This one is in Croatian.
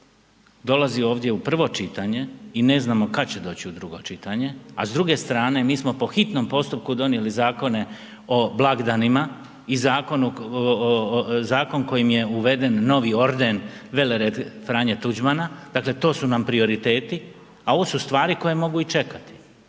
dolazi ovdje u prvo čitanje i ne znamo kada će doći u drugo čitanje a s druge strane mi smo po hitnom postupku donijeli zakone o blagdanima i Zakon kojim je uveden novi orden velered Franje Tuđmana, dakle to su nam prioriteti a ovo su stvari koje mogu i čekati.